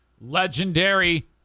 legendary